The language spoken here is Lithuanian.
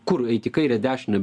kur eit į kairę dešinę